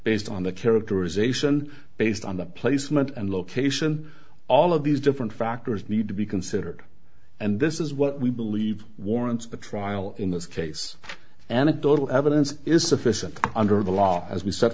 based on the characterization based on the placement and location all of these different factors need to be considered and this is what we believe warrants a trial in this case anecdotal evidence is sufficient under the law as we set